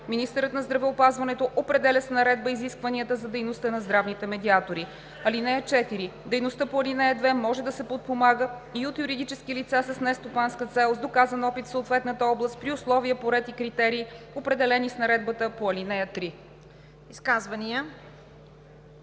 Министърът на здравеопазването определя с наредба изискванията за дейността на здравните медиатори. (4) Дейността по ал. 2 може да се подпомага и от юридически лица с нестопанска цел с доказан опит в съответната област при условия, по ред и критерии, определени с наредбата по ал. 3.“